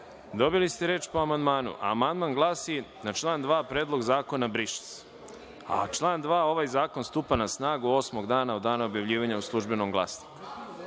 dobili ste reč po amandmanu. Amandman glasi – na član 2. Predlog zakona - briše se. A, član 2. – ovaj zakon stupa na snagu osmog dana od dana objavljivanja u „Službenom Glasniku“.